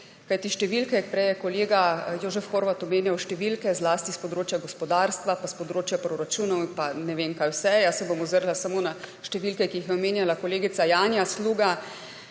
Kajti številke – prej je kolega Jožef Horvat omenjal številke zlasti s področja gospodarstva in s področja proračunov in pa ne vem, kaj vse, jaz se bom ozrla samo na številke, ki jih je omenjala kolegica Janja Sluga